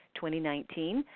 2019